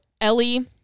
Ellie